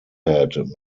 had